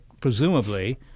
presumably